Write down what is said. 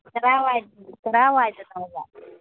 ꯀꯗꯥꯏꯋꯥꯏ ꯀꯗꯥꯏꯋꯥꯏꯗꯅꯣꯕ